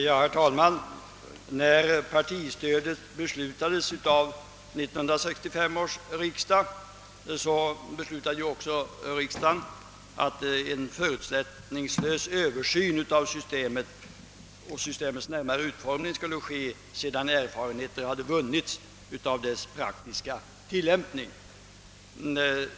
Herr talman! När partistödet beslutades av 1965 års riksdag beslutades också att en förutsättningslös översyn av systemet och dess närmare utformning skulle ske sedan erfarenheter hade vunnits av dess praktiska tillämpning.